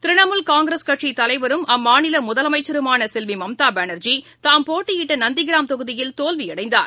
திரிணமூல் காங்கிரஸ் கட்சி தலைவரும் அம்மாநில முதலமைச்சருமான செல்வி மம்தா பானர்ஜி தாம் போட்டியிட்ட நந்திகிராம் தொகுதியில் தோல்வியடைந்தார்